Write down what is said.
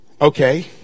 Okay